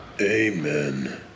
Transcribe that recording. Amen